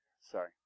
Sorry